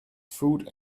food